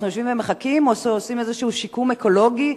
אנחנו יושבים ומחכים או שעושים איזה שיקום אקולוגי?